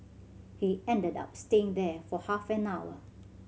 he ended up staying there for half an hour